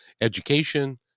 education